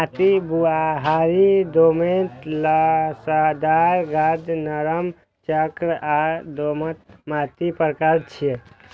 माटि बलुआही, दोमट, लसदार, गाद, नरम, चाक आ दोमट माटिक प्रकार छियै